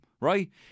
right